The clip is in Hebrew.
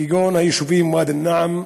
כגון היישובים ואדי-אלנעם,